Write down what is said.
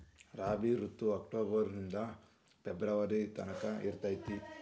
ರಾಬಿ ಋತು ಅಕ್ಟೋಬರ್ ನಿಂದ ಫೆಬ್ರುವರಿ ತನಕ ಇರತೈತ್ರಿ